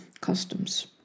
customs